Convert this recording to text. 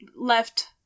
left